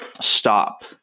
stop